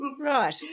Right